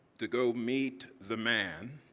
to go meet the man